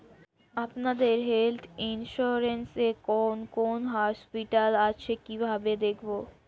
আপনাদের health insurance এ কোন কোন হসপিটাল আছে কিভাবে দেখবো?